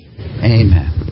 amen